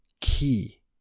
key